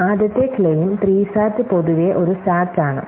ആദ്യത്തെ ക്ലെയിം 3 സാറ്റ് പൊതുവെ ഒരു സാറ്റ് ആണ്